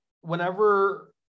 whenever